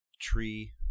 tree